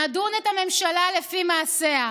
נדון את הממשלה לפי מעשיה,